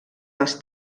les